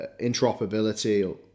interoperability